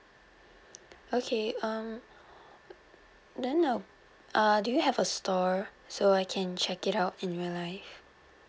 okay um then um uh do you have a store so I can check it out in real life